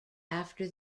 after